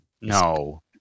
No